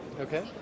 Okay